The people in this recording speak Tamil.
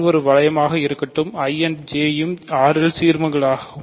R ஒரு வளையமாக இருக்கட்டும் I J யும் R இல் சீர்மங்களாக